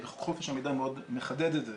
חופש המידע מאוד מחדד את זה,